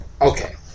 Okay